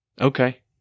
Okay